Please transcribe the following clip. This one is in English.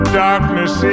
darkness